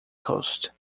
coast